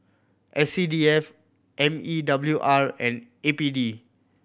S C D F M E W R and A P D